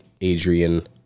Adrian